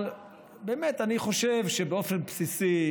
אבל באמת, אני חושב שבאופן בסיסי